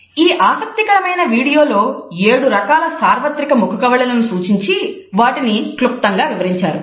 ఈ ఆసక్తికరమైన వీడియోలో ఏడు రకాల సార్వత్రిక ముఖకవళికలను సూచించి వాటిని క్లుప్తంగా వివరించారు